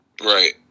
Right